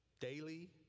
daily